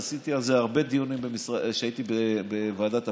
עשיתי על זה הרבה דיונים כשהייתי בוועדת הפנים.